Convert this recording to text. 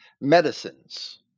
medicines